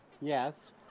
Yes